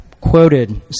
quoted